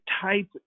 type